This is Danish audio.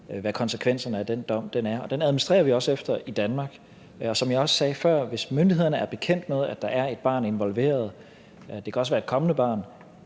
hvad konsekvenserne af den dom er. Den administrerer vi også efter i Danmark. Og som jeg også sagde før: Hvis myndighederne er bekendt med, at der er et barn involveret – det kan også være et kommende barn